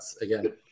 again